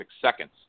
seconds